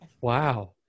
wow